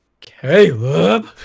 Caleb